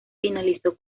finalizó